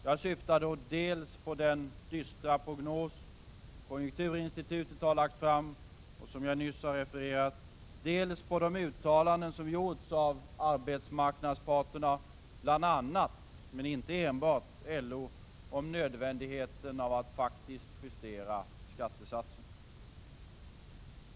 Jag syftar då dels på den dystra prognos som konjunkturinstitutet har lagt fram och som jag nyss refererat, dels på de uttalanden som har gjorts av arbetsmarknadsparterna, bl.a. men inte enbart LO, om nödvändigheten av att faktiskt justera skattesatserna.